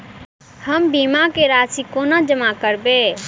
हम बीमा केँ राशि कोना जमा करबै?